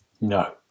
No